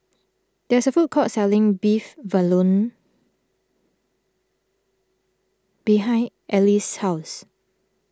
there is a food court selling Beef Vindaloo behind Elease's house